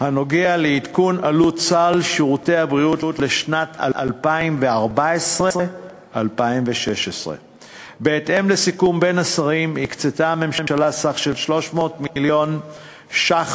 הנוגע לעדכון עלות סל שירותי הבריאות לשנים 2014 2016. בהתאם לסיכום בין השרים הקצתה הממשלה סכום של 300 מיליון ש"ח